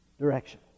direction